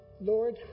Lord